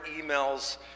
emails